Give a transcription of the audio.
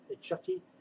Chucky